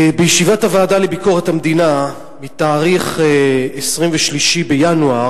בישיבת הוועדה לביקורת המדינה מתאריך 23 בינואר,